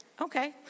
okay